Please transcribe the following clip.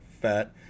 fat